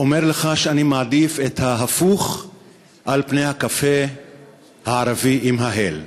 אומר לך שאני מעדיף את ההפוך על פני הקפה הערבי עם ההל,